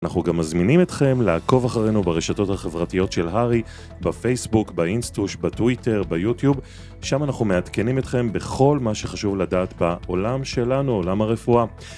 אנחנו גם מזמינים אתכם לעקוב אחרינו ברשתות החברתיות של הרי, בפייסבוק, באינסטוש, בטוויטר, ביוטיוב, שם אנחנו מעדכנים אתכם בכל מה שחשוב לדעת בעולם שלנו, עולם הרפואה.